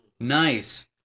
Nice